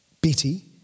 Betty